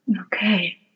Okay